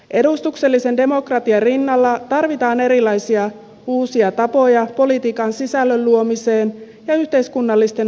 edustuksellisen demokratian rinnalla tarvitaan erilaisia uusia tapoja politiikan sisällön luomiseen ja yhteiskunnallisten asioiden hoitamiseen